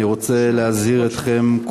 אני רוצה להזהיר אתכם,